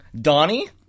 Donnie